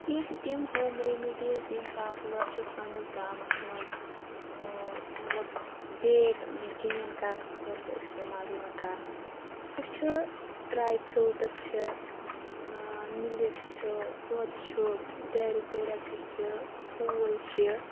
کیٚنہہ تِم home remedies یِم پاپوٗلر چھِ سٲنِس گامَس منٛز مطلب ویٹ گین کرنہٕ خٲطرٕ اِستعمال یِوان کرنہٕ سُہ چھِ ڈرے فروٗٹٔس چھِ مِلِک چھُ دۄد چھُ ڈیری پروڈَکٹٔس چھِ ٹھوٗل چھِ